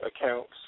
accounts